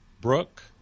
brooke